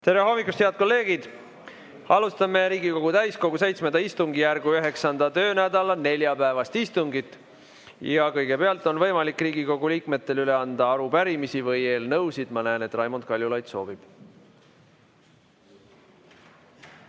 Tere hommikust, head kolleegid! Alustame Riigikogu täiskogu VII istungjärgu 9. töönädala neljapäevast istungit. Kõigepealt on võimalik Riigikogu liikmetel üle anda arupärimisi või eelnõusid. Ma näen, et Raimond Kaljulaid soovib.